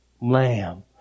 Lamb